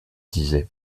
disait